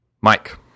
Mike